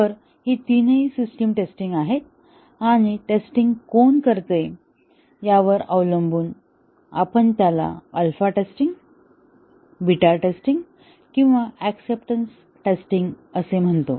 तर ही तीनही सिस्टीम टेस्टिंग आहेत आणि टेस्टिंग कोण करते यावर अवलंबून आपण त्याला अल्फा टेस्टिंग बीटा टेस्टिंग किंवा ऍक्सेप्टन्स टेस्टिंग असे म्हणतो